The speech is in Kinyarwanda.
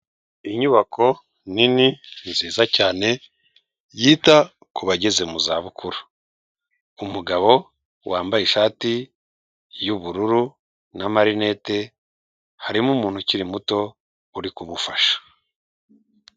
Iyi nyubako nini nziza cyane yita ku bageze mu za bukuru, umugabo wambaye ishati y'ubururu n'amarinete harimo umuntu ukiri muto uri kumufasha.